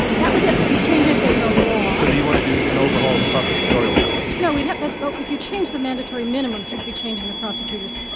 that would have to be changes in the law. so do you want to do an overhaul of prosecutorial powers. no. we'd have but but if you change the mandatory minimums, you'd be changing the prosecutor's